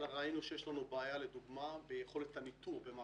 אני לא מתווכחת עם התשובה, אני רוצה להבין אותה.